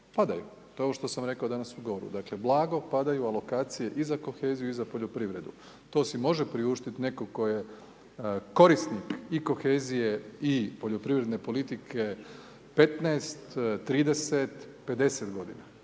padaju. To je ovo što sam rekao danas u ugovoru. Dakle blago padaju alokacije i za koheziju i za poljoprivredu. To si može priuštit netko tko je korisnik i kohezije i poljoprivredne politike 15, 30, 50 godina.